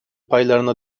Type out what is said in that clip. paylarına